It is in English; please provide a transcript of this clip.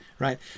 Right